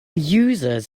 users